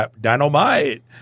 dynamite